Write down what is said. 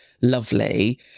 lovely